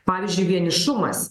pavyzdžiui vienišumas